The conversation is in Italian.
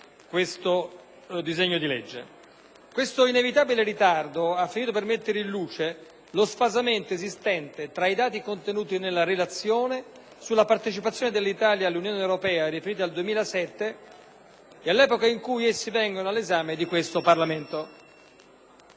Questo inevitabile ritardo ha finito per mettere in luce lo sfasamento esistente tra i dati contenuti nella Relazione sulla partecipazione dell'Italia all'Unione europea riferiti al 2007 e quelli riferiti all'epoca in cui essi vengono all'esame di questo Parlamento.